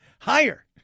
higher